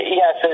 yes